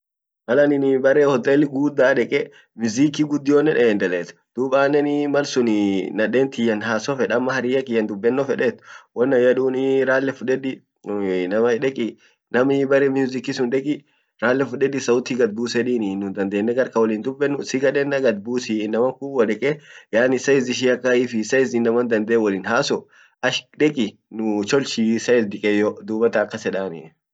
mal anin bare hoteli gugurda deke muziki guddio een endelet dub anen malsun ee naden tiyyan haso fed amma hariyya kiyan dubbeno fedet won an yedun rale fudedi deki nam bare musiki sun deki ralle fudedi sauti gad bus edinii dandene garkan wollin hindubbennu sikadenna gad busii inaman kun wodeke yaani size ishia kaifii size inama dande wollin hasot ash deki nutolchii sauti dikeyyo dubatan akas edani.